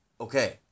Okay